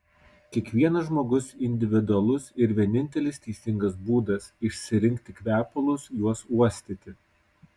kiekvienas žmogus individualus ir vienintelis teisingas būdas išsirinkti kvepalus juos uostyti